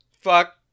Fuck